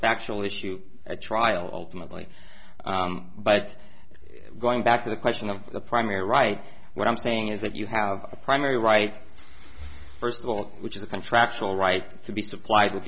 factual issue at trial ultimately but going back to the question of the primary right what i'm saying is that you have a primary right first of all which is a contractual right to be supplied with